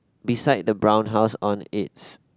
beside the brown house on its